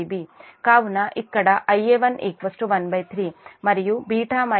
కాబట్టి ఇక్కడ Ia1 13 and β β2 j3 గా పెట్టుకోండి